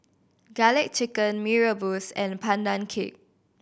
Garlic Chicken Mee Rebus and Pandan Cake